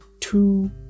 two